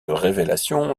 révélation